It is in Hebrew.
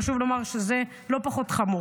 וחשוב לומר שזה לא פחות חמור,